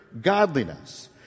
godliness